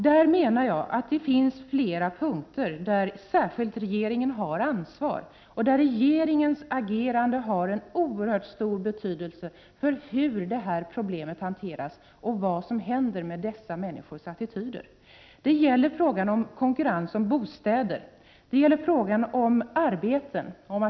Jag menar att det finns flera punkter där särskilt regeringen har ansvar och där regeringens agerande har en oerhört stor betydelse för hur detta problem hanteras och för vad som händer med dessa människors attityder. Det gäller frågan om konkurrens om bostäder, det gäller frågan om arbete.